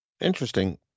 Interesting